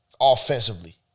offensively